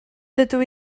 dydw